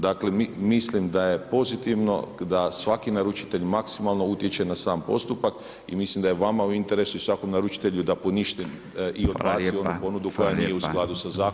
Dakle, mislim da je pozitivno da svaki naručitelj maksimalno utječe na sam postupak i mislim da je vama u interesu i svakom naručitelju da poništi i odbaci onu ponudu koja nije u skladu sa zakonom [[Upadica Radin: Hvala lijepa.]] Hvala.